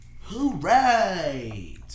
Hooray